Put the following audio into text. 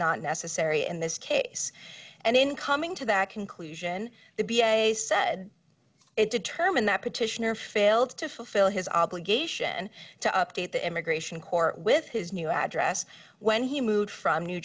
not necessary in this case and in coming to that conclusion the b a s said it determined that petitioner failed to fulfill his obligation to update the immigration court with his new address when he moved from new